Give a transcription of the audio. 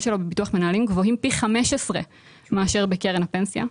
שלו בביטוח מנהלים גבוהים פי 15 מאשר בקרן הפנסיה.